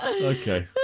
Okay